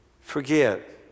Forget